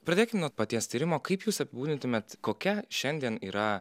pradėkim nuo paties tyrimo kaip jūs apibūdintumėt kokia šiandien yra